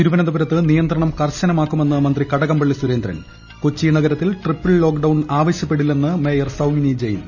തിരുവനന്തപുരത്ത് നിയന്ത്രണം കർശനമാക്കുമെന്ന് മ ന്ത്രി കടകംപള്ളി സുരേന്ദ്രൻ കൊച്ചി നഗരത്തിൽ ട്രി പ്പിൾ ലോക്ഡൌൺ ആവശ്യപ്പെട്ടില്ലെന്ന് മേയർ സൌമി നി ജയിൻ